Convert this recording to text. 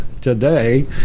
today